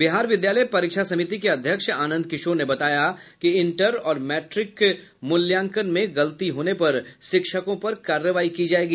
बिहार विद्यालय परीक्षा समिति के अध्यक्ष आनंद किशोर ने बताया कि इंटर और मैट्रिक मूल्यांकन में गलती होने पर शिक्षकों पर कार्रवाई की जायेगी